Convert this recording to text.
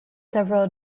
several